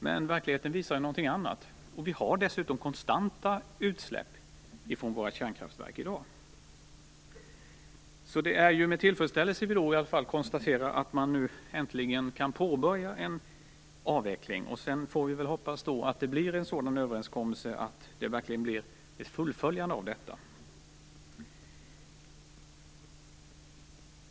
Men verkligheten visar någonting annat. Vi har dessutom konstanta utsläpp från våra kärnkraftverk i dag. Det är därför med tillfredsställelse som vi i alla fall konstaterar att man nu äntligen kan påbörja en avveckling, och sedan får vi hoppas att det träffas en sådan överenskommelse att detta verkligen fullföljs.